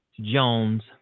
Jones